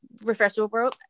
refreshable